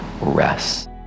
rest